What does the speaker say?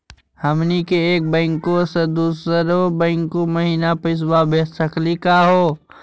हमनी के एक बैंको स दुसरो बैंको महिना पैसवा भेज सकली का हो?